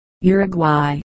Uruguay